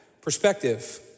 Perspective